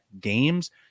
games